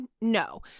No